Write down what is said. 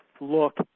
look